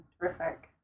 terrific